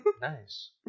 Nice